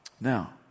Now